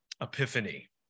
epiphany